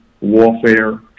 warfare